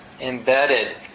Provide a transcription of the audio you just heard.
embedded